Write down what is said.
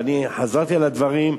ואני חזרתי על הדברים,